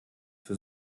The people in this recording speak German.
für